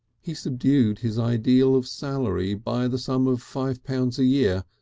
he subdued his ideal of salary by the sum of five pounds a year,